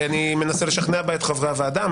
אני מנסה לשכנע בה את חברי הוועדה,